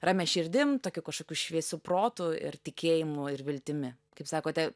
ramia širdim tokiu kažkokiu šviesiu protu ir tikėjimu ir viltimi kaip sakote